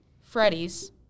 Freddy's